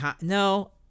No